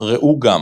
ראו גם